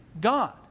God